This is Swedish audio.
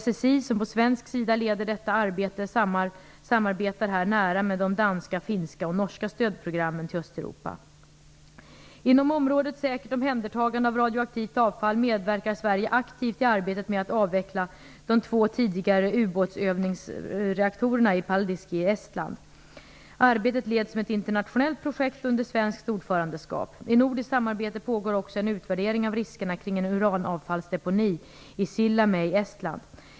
SSI som på svensk sida leder detta arbete samarbetar här nära med de danska, finska och norska stödprogrammen för Östeuropa. Inom området säkert omhändertagande av radioaktivt avfall medverkar Sverige aktivt i arbetet med att avveckla de två tidigare ubåtsövningsreaktorerna i Paldiska i Estland. Arbetet leds som ett internationellt projekt under svenskt ordförandeskap. I nordiskt samarbete pågår också en utvärdering av riskerna kring en utanavfallsdeponi i Sillamäe i Estland.